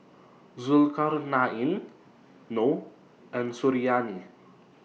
Zulkarnain Noh and Suriani